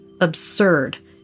absurd